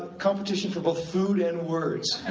competition for both food and words.